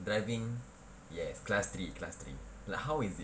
driving yes class three class three like how is it